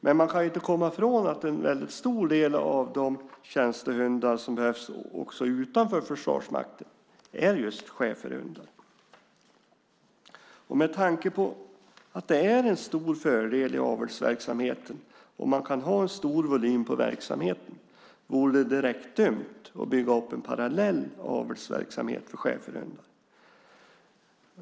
Men man kan inte komma ifrån att en väldigt stor del av de tjänstehundar som behövs utanför Försvarsmakten är just schäferhundar. Med tanke på att det är en stor fördel i avelsverksamhet om man kan ha en stor volym på verksamheten vore det direkt dumt att bygga upp en parallell avelsverksamhet för schäferhundar.